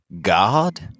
God